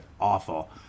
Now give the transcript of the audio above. awful